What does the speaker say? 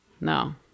No